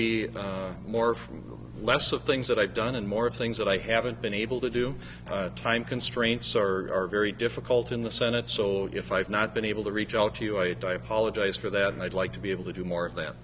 be more from less of things that i've done and more things that i haven't been able to do time constraints are very difficult in the senate so if i've not been able to reach out to you i apologize for that and i'd like to be able to do more of th